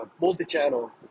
multi-channel